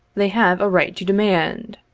they have a right to demand.